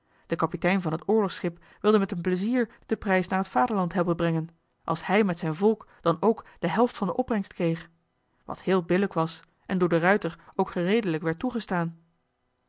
de kapitein van het oorlogsschip wilde met plezier den prijs naar het vaderland helpen brengen als hij met zijn volk dan ook de helft van de opbrengst kreeg wat heel billijk was en door de de ruijter ook gereedelijk werd toegestaan